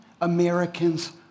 Americans